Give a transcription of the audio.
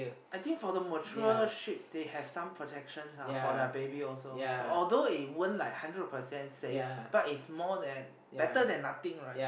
I think for the mature sheep they have some protections ah for their baby also so although it won't like hundred percent safe but it's more than better than nothing right